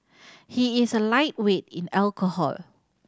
he is a lightweight in alcohol